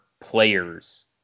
players